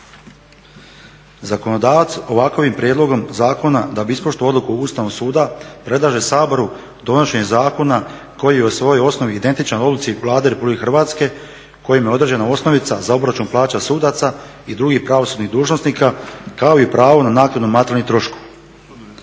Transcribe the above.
Zakonodavac ovakvim prijedlogom zakona da bi ispoštovao odluku Ustavnog suda predlaže Saboru donošenje zakona koji je u svojoj osnovi identičan odluci Vlade Republike Hrvatske kojim je određena osnovica za obračun plaća sudaca i drugih pravosudnih dužnosnika, kao i pravo na naknadu materijalnih troškova.